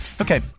Okay